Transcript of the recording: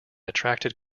attracted